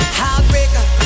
heartbreaker